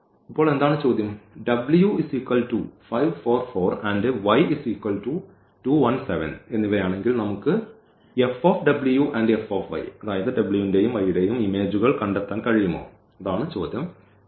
ഇപ്പോൾ എന്താണ് ചോദ്യം ആണെങ്കിൽ നമുക്ക് ഈ കണ്ടെത്താൻ കഴിയുമോ അതെ